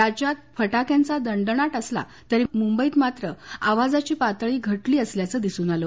राज्यात फटाक्यांचा दणदणाट असला तरी मुंबईत मात्र आवाजाची पातळी घटली असल्याचं दिसून आलं